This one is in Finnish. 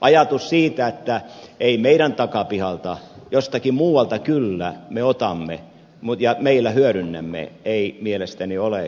ajatus että ei meidän takapihaltamme jostakin muualta kyllä me otamme ja meillä hyödynnämme ei mielestäni ole kestävä